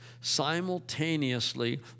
simultaneously